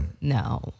no